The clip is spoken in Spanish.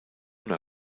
una